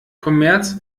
kommerz